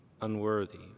unworthy